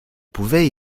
pouvait